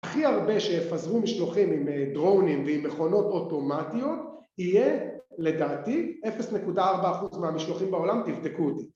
הכי הרבה שיפזרו משלוחים עם דרונים ועם מכונות אוטומטיות יהיה, לדעתי, 0.4% מהמשלוחים בעולם, תבדקו אותי